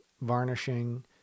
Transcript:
varnishing